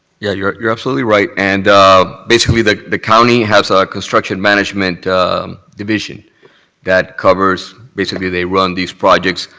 yeah, you're you're absolutely right, and basically the the county has ah a construction management division that covers basically they run these projects.